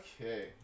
Okay